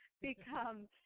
become